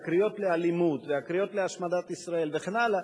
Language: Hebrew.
הקריאות לאלימות והקריאות להשמדת ישראל וכן הלאה,